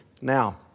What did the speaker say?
Now